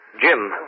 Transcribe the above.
Jim